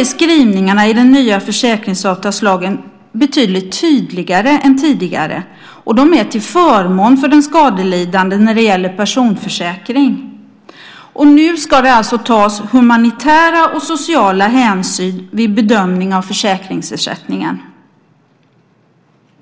är skrivningarna i den nya försäkringsavtalslagen betydligt tydligare än tidigare. De är till förmån för den skadelidande när det gäller personförsäkring. Nu ska det tas humanitära och sociala hänsyn vid bedömning av försäkringsersättningen.